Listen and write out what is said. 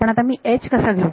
पण आता मी कसा घेऊ